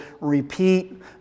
repeat